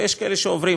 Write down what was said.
ויש כאלה שעוברים,